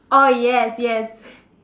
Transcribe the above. oh yes yes